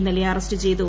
ഇന്നലെ അറസ്റ്റ് ചെയ്തു